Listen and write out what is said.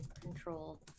control